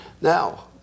Now